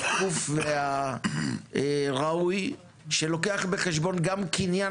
השקוף והראוי שלוקח בחשבון גם קניין